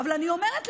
אבל אני אומרת,